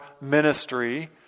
ministry